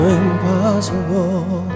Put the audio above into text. impossible